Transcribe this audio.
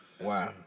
Wow